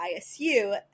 ISU